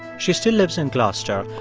she still lives in gloucester,